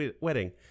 wedding